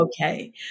okay